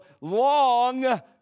long